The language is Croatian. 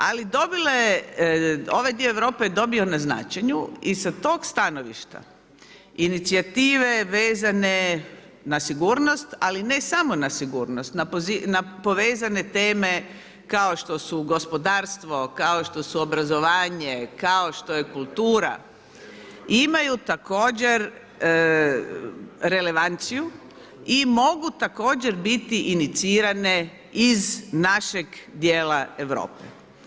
Ali ovaj dio Europe dobio je na značenju i sa tog stanovišta inicijative vezane na sigurnost ali ne samo na sigurnost, na povezane teme kao što su gospodarstvo, kao što su obrazovanje, kao što je kultura, imaju također relevanciju i mogu također biti inicirane iz našeg dijela Europe.